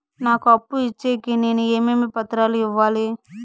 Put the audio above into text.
నాకు అప్పు ఇచ్చేకి నేను ఏమేమి పత్రాలు ఇవ్వాలి